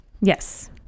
Yes